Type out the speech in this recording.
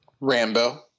Rambo